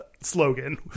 slogan